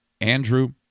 Andrew